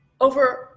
over